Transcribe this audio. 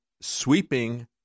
sweeping